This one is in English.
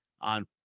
on